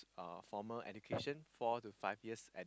uh formal education four to five years at